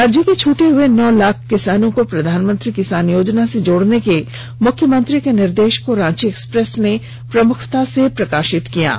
राज्य के छूटे हुए नौ लाख किसानों को प्रधानमंत्री किसान योजना से जोड़ने के मुख्यमंत्री के निर्देश को रांची एक्सप्रेस ने प्रमुखता से प्रकाशित किया है